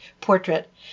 portrait